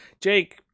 jake